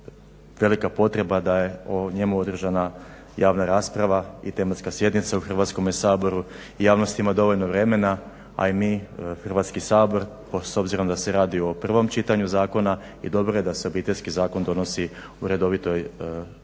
velika potreba da je o njemu održana javna rasprava i tematska sjednica u Hrvatskome saboru i javnost ima dovoljno vremena, a i mi Hrvatski sabor s obzirom da se radi o prvom čitanju zakona i dobro je da se obiteljski zakon donosi u redovitoj